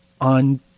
On